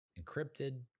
encrypted